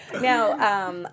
Now